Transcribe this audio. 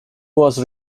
was